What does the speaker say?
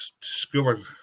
schooling